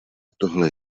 tohle